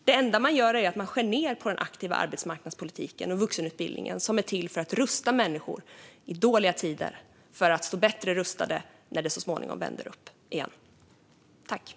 Det enda man gör är att man skär ned på den aktiva arbetsmarknadspolitiken och på vuxenutbildningen, som är till för att rusta människor i dåliga tider så att de står bättre rustade när det så småningom vänder uppåt igen.